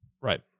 Right